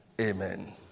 Amen